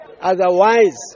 otherwise